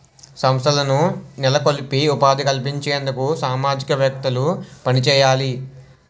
సంస్థలను నెలకొల్పి ఉపాధి కల్పించేందుకు సామాజికవేత్తలు పనిచేయాలి